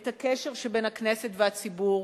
את הקשר שבין הכנסת והציבור,